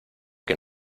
que